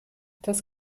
das